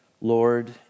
Lord